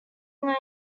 island